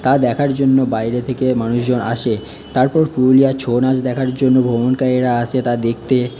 তা দেখার জন্য বাইরে থেকে মানুষজন আসে তারপর পুরুলিয়ার ছৌ নাচ দেখার জন্য ভ্রমণকারীরা আসে তা দেখতে